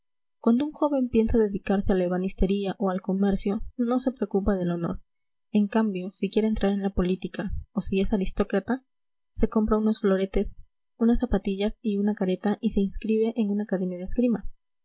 cuando un joven piensa dedicarse a la ebanistería o al comercio no se preocupa del honor en cambio si quiere entrar en la política o si es aristócrata se compra unos floretes unas zapatillas y una careta y se inscribe en una academia de